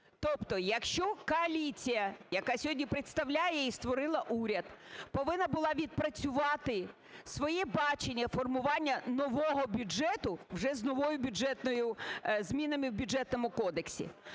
Тобто якщо коаліція, яка сьогодні представляє і створила уряд, повинна були відпрацювати своє бачення формування нового бюджету вже з новою бюджетною… змінами в Бюджетному кодексі.